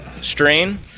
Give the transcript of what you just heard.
strain